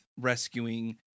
rescuing